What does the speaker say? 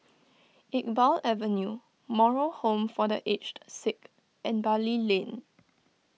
Iqbal Avenue Moral Home for the Aged Sick and Bali Lane